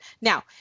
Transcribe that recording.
Now